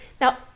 Now